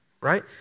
Right